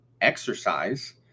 exercise